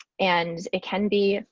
and it can be,